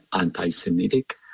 anti-Semitic